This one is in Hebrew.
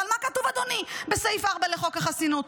אבל מה כתוב, אדוני, בסעיף 4 לחוק החסינות?